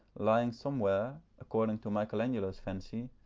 lying somewhere, according to michelangelo's fancy,